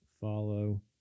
follow